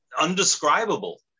undescribable